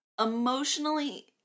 emotionally